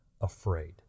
afraid